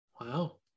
Wow